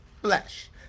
flesh